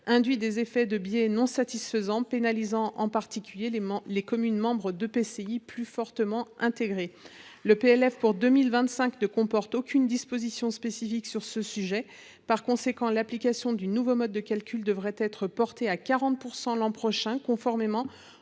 induit des effets de biais non satisfaisants, pénalisant en particulier les communes membres d’EPCI plus fortement intégrés. Le PLF pour 2025 ne comporte aucune disposition spécifique sur ce sujet ; par conséquent, l’application du nouveau mode de calcul devrait être portée à 40 % l’an prochain, conformément